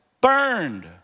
burned